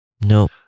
no